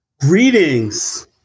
Greetings